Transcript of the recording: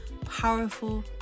powerful